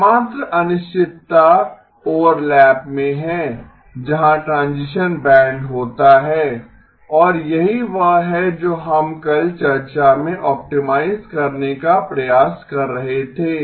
एकमात्र अनिश्चितता ओवरलैप में है जहां ट्रांजीशन बैंड होता है और यही वह है जो हम कल चर्चा में ऑप्टिमाइज़ करने का प्रयास कर रहे थे